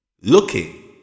looking